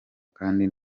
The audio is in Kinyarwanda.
kandi